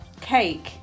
Cake